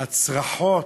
הצרחות,